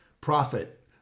profit